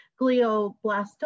glioblastoma